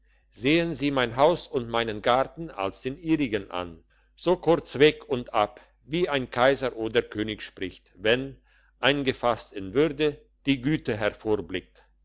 sehen sie mein haus und meinen garten als den ihrigen an so kurz weg und ab wie ein kaiser oder könig spricht wenn eingefasst in würde die güte